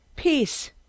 Peace